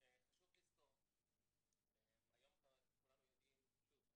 חשוב לזכור שהיום כולנו יודעים שוב,